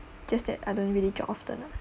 just that I don't really jog often lah